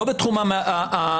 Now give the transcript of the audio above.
לא בתחום הסמכות,